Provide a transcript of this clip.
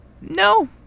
No